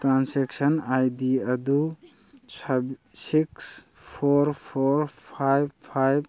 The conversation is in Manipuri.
ꯇ꯭ꯔꯥꯟꯁꯦꯛꯁꯟ ꯑꯥꯏ ꯗꯤ ꯑꯗꯨ six four four five five